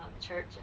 Church